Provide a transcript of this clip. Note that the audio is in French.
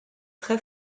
très